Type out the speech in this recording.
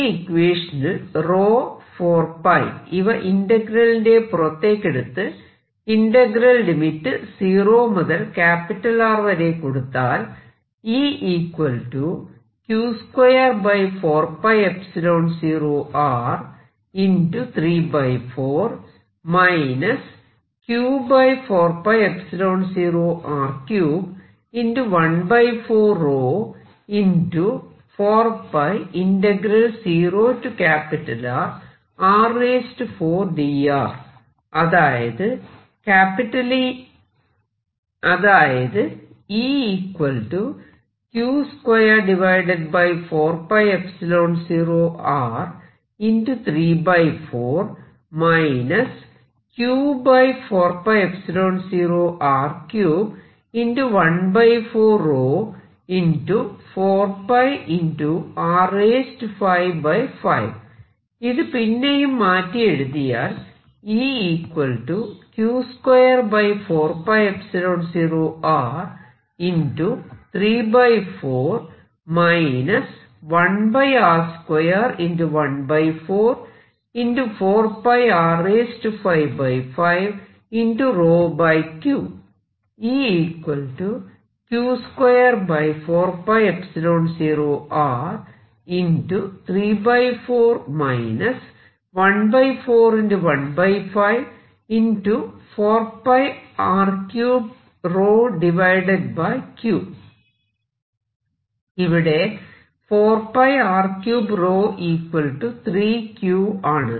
ഈ ഇക്വേഷനിൽ 4 ഇവ ഇന്റഗ്രലിന്റെ പുറത്തേക്കെടുത്ത് ഇന്റഗ്രൽ ലിമിറ്റ് സീറോ മുതൽ R വരെ കൊടുത്താൽ അതായത് ഇത് പിന്നെയും മാറ്റിയെഴുതിയാൽ ഇവിടെ 4 R 3 3Q ആണ്